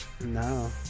No